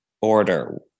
order